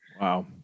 Wow